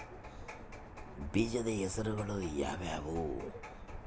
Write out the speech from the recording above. ಬೇಜದ ಹೆಸರುಗಳು ಯಾವ್ಯಾವು?